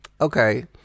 okay